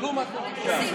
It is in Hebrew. תסתכלו מה קורה שם.